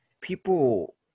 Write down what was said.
people